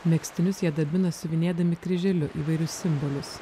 megztinius jie dabina siuvinėdami kryželiu įvairius simbolius